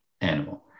animal